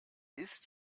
ist